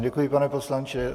Děkuji vám, pane poslanče.